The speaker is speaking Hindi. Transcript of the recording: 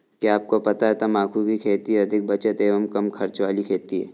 क्या आपको पता है तम्बाकू की खेती अधिक बचत एवं कम खर्च वाली खेती है?